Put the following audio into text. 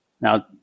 Now